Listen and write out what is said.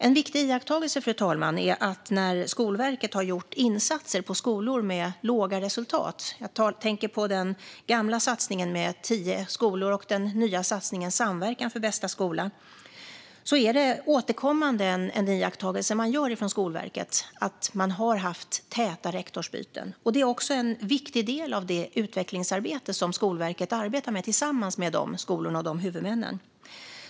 En viktig iakttagelse, fru talman, är att när Skolverket har gjort insatser på skolor med låga resultat - jag tänker på den gamla satsningen med tio skolor och den nya satsningen Samverkan för bästa skola - är täta rektorsbyten en återkommande iakttagelse. Det är också en viktig del av det utvecklingsarbete som Skolverket arbetar med tillsammans med dessa skolor och huvudmän.